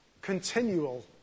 continual